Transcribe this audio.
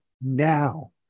now